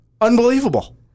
Unbelievable